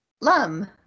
Lum